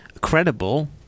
credible